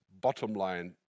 bottom-line